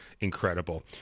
incredible